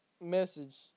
message